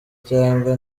cyangwa